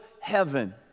heaven